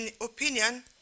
opinion